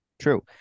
True